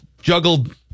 juggled